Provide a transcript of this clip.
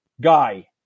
guy